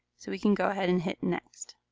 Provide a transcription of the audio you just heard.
so we can go ahead and hit next.